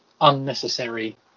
unnecessary